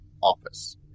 office